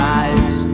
eyes